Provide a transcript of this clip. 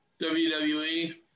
WWE